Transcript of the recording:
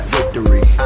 Victory